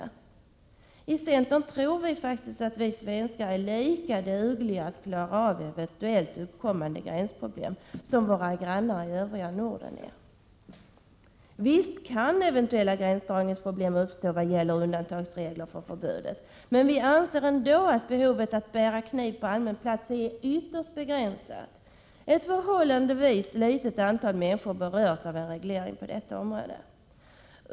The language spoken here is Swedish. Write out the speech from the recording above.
Vi i centern tror att vi svenskar är lika dugliga som våra grannar i de övriga nordiska länderna när det gäller att klara eventuella uppkommande gränsdragningsproblem. Visst kan gränsdragningsproblem uppstå när det gäller regler om undantag från förbudet. Men vi anser att behovet av att bära kniv på allmän plats är ytterst begränsat. Ett förhållandevis litet antal människor berörs av en reglering på detta område.